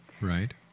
Right